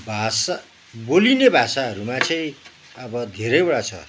भाषा बोलिने भाषाहरूमा चाहिँ अब धेरैवटा छ